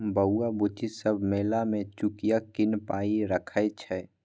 बौआ बुच्ची सब मेला मे चुकिया कीन पाइ रखै छै